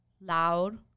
loud